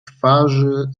twarzy